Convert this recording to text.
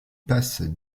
passent